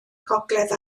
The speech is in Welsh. gogledd